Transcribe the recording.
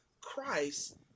Christ